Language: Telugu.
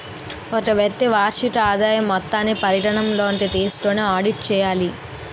ఒక వ్యక్తి వార్షిక ఆదాయం మొత్తాన్ని పరిగణలోకి తీసుకొని ఆడిట్ చేయాలి